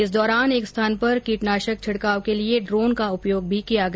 इस दौरान एक स्थान पर कीटनाशक छिड़काव के लिए ड्रोन का उपयोग किया गया